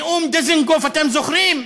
נאום דיזנגוף, אתם זוכרים?